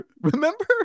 remember